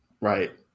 right